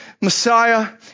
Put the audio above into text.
Messiah